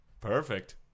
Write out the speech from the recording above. Perfect